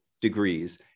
degrees